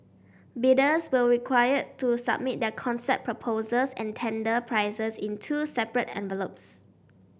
bidders were required to submit their concept proposals and tender prices in two separate envelopes